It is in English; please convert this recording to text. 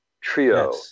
trio